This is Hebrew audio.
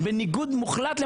תשעה.